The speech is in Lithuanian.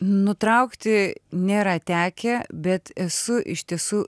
nutraukti nėra tekę bet esu iš tiesų